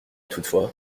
toutefois